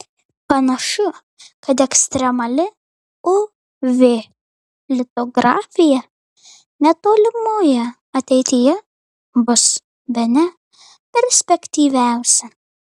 panašu kad ekstremali uv litografija netolimoje ateityje bus bene perspektyviausia